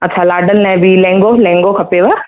अच्छा लाॾनि लाइ बि लहंगो लहंगो खपे